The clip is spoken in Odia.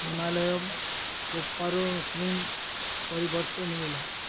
ହିମାଲୟ କୋପାରୋ କ୍ଳିନ୍ ପରିବର୍ତ୍ତେ ମିଳିଲା